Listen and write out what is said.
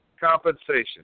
compensation